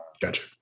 Gotcha